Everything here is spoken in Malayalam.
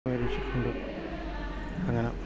അങ്ങനെ